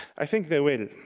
i think they will,